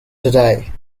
today